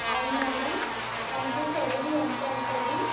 అవును మేడం దానికి ఖరీదు ఎంత అవుతుంది